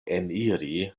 eniri